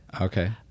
Okay